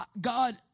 God